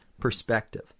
perspective